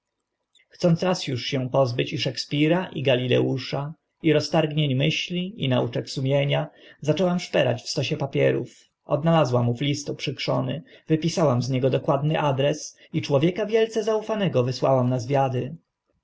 chcąc raz się uż pozbyć i szekspira i galileusza i roztargnień myśli i nauczek sumienia zaczęłam szperać w stosie papierów odnalazłam ów list uprzykrzony wypisałam z niego dokładny adres i człowieka wielce zaufanego wysłałam na wywiady